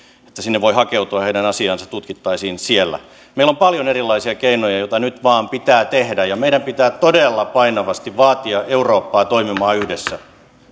että sinne voi hakeutua ja heidän asiaansa tutkittaisiin siellä meillä on paljon erilaisia keinoja joita nyt vain pitää tehdä ja meidän pitää todella painavasti vaatia eurooppaa toimimaan yhdessä